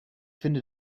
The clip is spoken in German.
finde